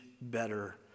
better